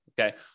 Okay